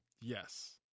Yes